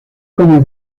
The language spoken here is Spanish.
como